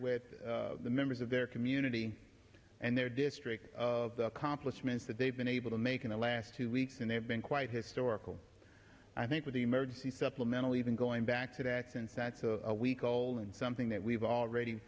with the members of their community and their districts of the accomplishments that they've been able to make in the last two weeks and they've been quite historical i think with the emergency supplemental even going back to that ten cents a week old and something that we've already